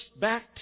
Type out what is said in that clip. back